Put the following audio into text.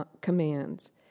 commands